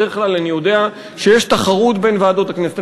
בדרך כלל אני יודע שיש תחרות בין ועדות הכנסת,